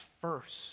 first